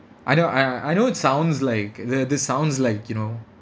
I know I I I know it sounds like uh the this sounds like you know